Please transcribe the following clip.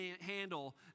handle